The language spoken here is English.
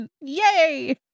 yay